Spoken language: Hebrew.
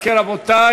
אם כן, רבותי,